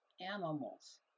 animals